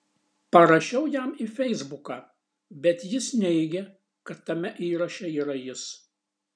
parašiau jam į feisbuką bet jis neigė kad tame įraše yra jis